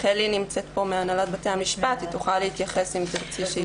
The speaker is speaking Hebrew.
נמצאת פה חלי מהנהלת בתי המשפט והיא תוכל להתייחס לזה אם תרצי.